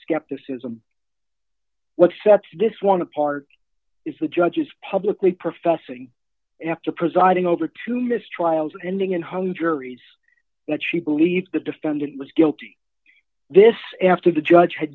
skepticism what sets this one apart is the judge's publicly professing after presiding over two mistrials ending in hung juries that she believed the defendant was guilty this after the judge had